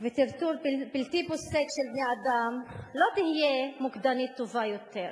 וטרטור בלתי פוסק של בני-אדם לא תהיה מוקדנית טובה יותר.